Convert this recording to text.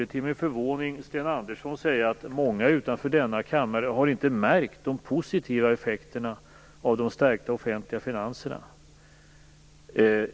Till min förvåning hörde jag Sten Andersson säga att många utanför denna kammare inte har märkt de positiva effekterna av de stärkta offentliga finanserna.